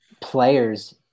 players